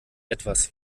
etwas